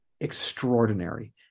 extraordinary